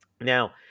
Now